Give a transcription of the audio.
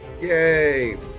Yay